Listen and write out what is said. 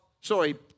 sorry